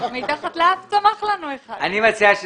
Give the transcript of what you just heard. הרב גפני,